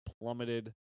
plummeted